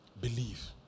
Believe